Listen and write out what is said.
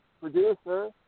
producer